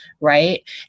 Right